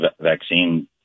vaccine